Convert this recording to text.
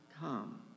come